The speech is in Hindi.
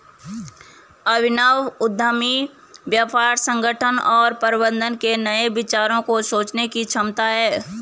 अभिनव उद्यमी व्यापार संगठन और प्रबंधन के नए विचारों को सोचने की क्षमता है